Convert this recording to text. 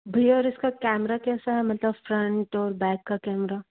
भैया इसका कैमरा कैसा है मतलब फ्रंट और बैक का कैमरा